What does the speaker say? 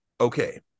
okay